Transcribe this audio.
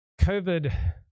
COVID